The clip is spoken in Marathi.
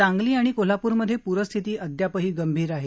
सांगली आणि कोल्हापूर मध्ये पूरस्थिती अद्यापही गंभीर आहे